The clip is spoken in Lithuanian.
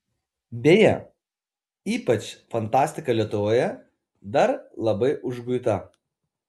beje ypač fantastika lietuvoje dar labai užguita